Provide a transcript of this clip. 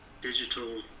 digital